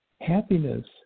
Happiness